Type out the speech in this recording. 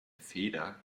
feder